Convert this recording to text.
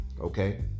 okay